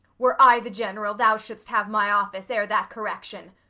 were i the general, thou shouldst have my office ere that correction.